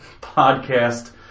podcast